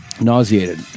Nauseated